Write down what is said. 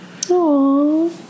Aww